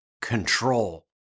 control